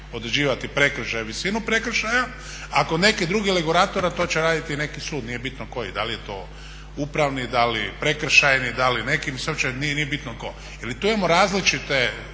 određivati prekršaje i visinu prekršaja, a kod nekih drugih regulatora to će raditi neki sud, nije bitno koji, da li je to upravni, da li prekršajni, da li neki, nije bitno tko. Tu imamo različite